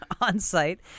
On-site